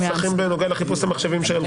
מה זה הנוסחים בנוגע לחיפוש המחשבים?